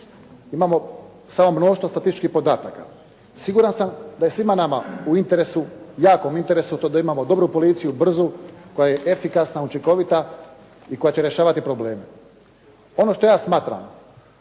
Imamo samo mnoštvo statističkih podataka. Siguran sam da je svima nama u interesu, jakom interesu to da imamo dobru policiju, brzu, koja je efikasna učinkovita i koja će rješavati probleme. Ono što ja smatram